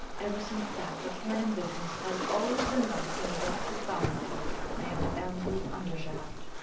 ever since that, the cannon business has always been left to an adopted foundling named andrew undershaft.